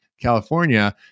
California